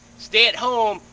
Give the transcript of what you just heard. stay at home,